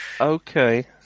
Okay